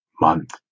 month